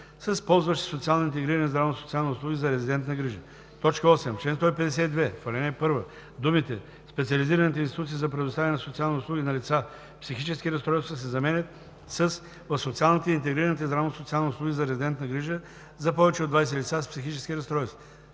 с „ползващи социални и интегрирани здравно социални услуги за резидентна грижа“. 8. В чл. 152, в ал. 1 думите „В специализираните институции за предоставяне на социални услуги на лица с психически разстройства“ се заменят с „В социалните и интегрираните здравно-социални услуги за резидентна грижа за повече от 20 лица с психически разстройства“.